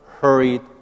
hurried